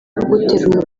kugutera